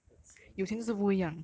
他有钱 dude